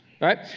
right